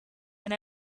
and